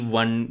one